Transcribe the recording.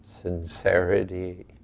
sincerity